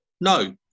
no